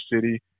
city